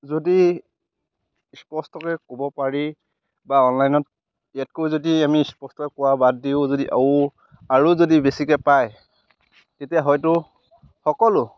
যদি স্পষ্টকৈ ক'ব পাৰি বা অনলাইনত ইয়াতকৈ যদি আমি স্পষ্টকৈ কোৱা বাদ দিও যদি আৰু আৰু যদি বেছিকৈ পায় তেতিয়া হয়তো সকলো